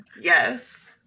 Yes